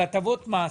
לאתר סקי,